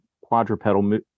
quadrupedal